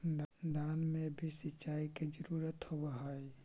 धान मे भी सिंचाई के जरूरत होब्हय?